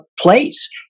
place